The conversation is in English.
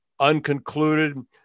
unconcluded